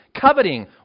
coveting